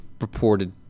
reported